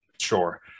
Sure